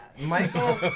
Michael